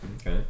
Okay